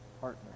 partner